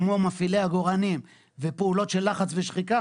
כמו מפעילי עגורנים ופעולות של לחץ ושחיקה